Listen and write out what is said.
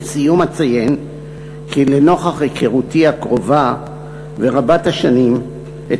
לסיום אציין כי לנוכח היכרותי הקרובה ורבת-השנים עם